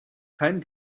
kein